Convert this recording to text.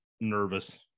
nervous